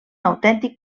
autèntic